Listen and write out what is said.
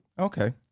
Okay